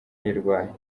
uyirwaye